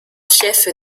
fief